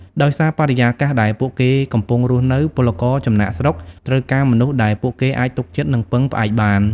ដោយសារបរិយាកាសដែលពួកគេកំពុងរស់នៅ ពលករចំណាកស្រុកត្រូវការមនុស្សដែលពួកគេអាចទុកចិត្ត និងពឹងផ្អែកបាន ។